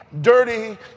dirty